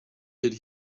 did